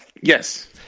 Yes